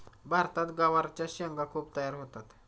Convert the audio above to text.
भारतात गवारच्या शेंगा खूप तयार होतात